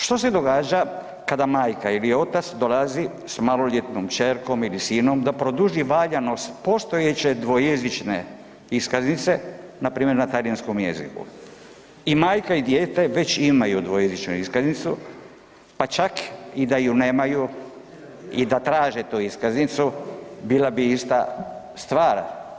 Što se događa kada majka ili otac dolazi s maloljetnom kćerkom ili sinom da produži valjanost postojeće dvojezične iskaznice, npr. na talijanskom jeziku i majka i dijete već imaju dvojezičnu iskaznicu, pa čak i da ju nemaju i da traže tu iskaznicu, bila bi ista stvar.